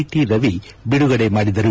T Ravi ಬಿಡುಗಡೆ ಮಾಡಿದರು